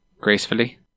gracefully